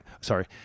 Sorry